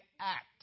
act